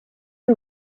who